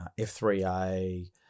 F3A